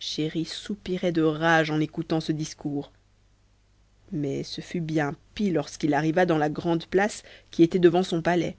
chéri soupirait de rage en écoutant ce discours mais ce fut bien pis lorsqu'il arriva dans la grande place qui était devant son palais